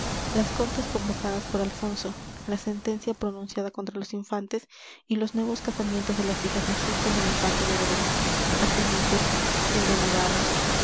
las cortes convocadas por alfonso la sentencia pronunciada contra los infantes y los nuevos casamientos de las hijas del cid con el infante de aragón así dice y el de navarra